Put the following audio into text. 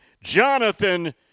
Jonathan –